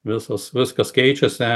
visas viskas keičiasi